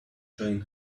join